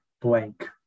blank